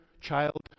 child